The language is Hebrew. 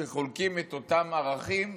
שחולקים אותם ערכים,